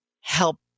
help